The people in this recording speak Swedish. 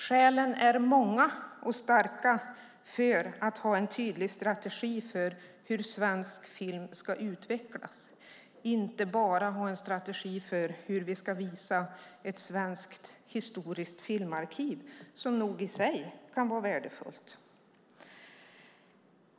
Skälen är många och starka för att ha en tydlig strategi för hur svensk film ska utvecklas. Det gäller att inte bara ha en strategi för hur vi ska visa ett svenskt historiskt filmarkiv, som nog i sig kan vara värdefullt.